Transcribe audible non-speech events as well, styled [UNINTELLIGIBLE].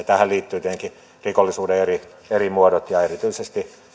[UNINTELLIGIBLE] tähän liittyy tietenkin rikollisuuden eri eri muodot ja erityisesti